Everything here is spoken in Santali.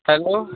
ᱦᱮᱞᱳ